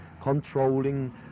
controlling